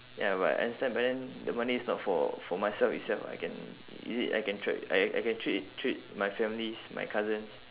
ya but I understand but then the money is not for for myself itself I can use it I can tr~ I I I can treat treat my families my cousins